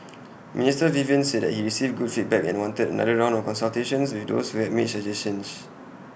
Mister Vivian said that he received good feedback and wanted another round of consultations with those who had made suggestions